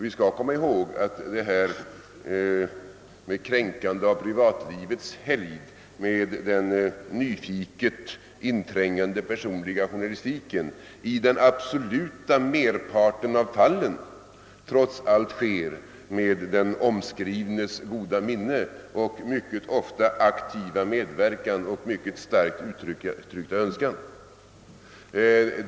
Vi skall komma ihåg att kränkningarna av privatlivets helgd i samband med den nyfiket inträngande personliga journalistiken i den absoluta merparten av fallen sker med den omskrivnes goda minne och mycket ofta aktiva medverkan och på vederbörandes starkt uttryckta önskan.